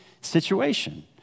situation